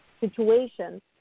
situation